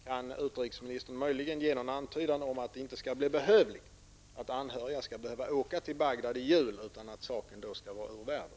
Kan utrikesministern möjligen ge någon antydan om att det inte skall behövas, att de anhöriga inte skall behöva åka till Bagdad i jul utan att saken då skall vara ur världen?